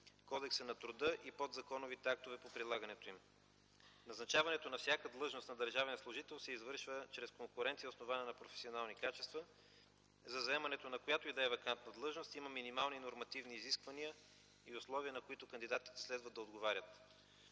Кодекса на труда и подзаконовите актове по прилагането им. Назначаването на всяка длъжност на държавен служител се извършва чрез конкуренция, основана на професионални качества. За заемането на която и да е вакантна длъжност има минимални нормативни изисквания и условия, на които кандидатите следва да отговарят.